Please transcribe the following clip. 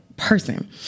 person